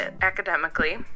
academically